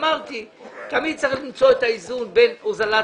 אמרתי שתמיד צריך למצוא את האיזון בין הוזלת